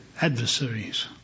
adversaries